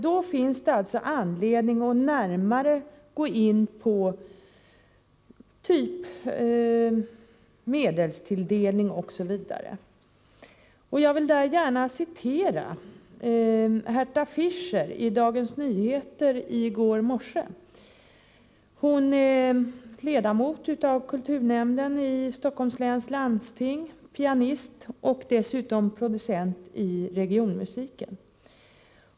Det finns alltså anledning att närmare gå in på frågan om medelstilldelning osv. Jag vill gärna citera vad Herta Fischer sade i Dagens Nyheter i går morse. Hon är ledamot av kulturnämnden i Stockholms läns landsting, pianist och dessutom producent vid regionmusiken.